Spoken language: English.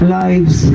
lives